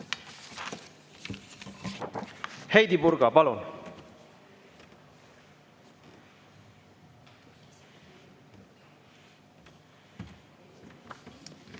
Heidy Purga, palun!